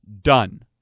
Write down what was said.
done